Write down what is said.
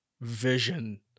vision